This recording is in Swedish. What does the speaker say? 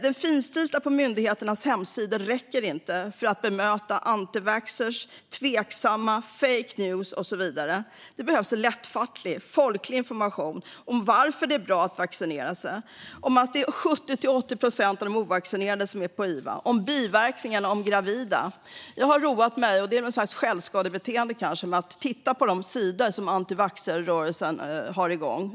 Det finstilta på myndigheternas hemsidor räcker inte för att bemöta anti-vaxxers, tveksamma, fake news och så vidare. Det behövs lättfattlig, folklig information om varför det är bra att vaccinera sig, om att 70-80 av dem som är på iva är ovaccinerade, om biverkningarna och om gravida. Jag har roat mig - kanske är det ett slags självskadebeteende - med att titta på de sidor som anti-vaxxer-rörelsen har igång.